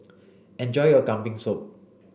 enjoy your Kambing soup